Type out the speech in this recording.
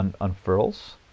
unfurls